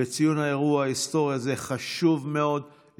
וציון האירוע ההיסטורי הזה חשוב מאוד,